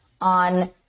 on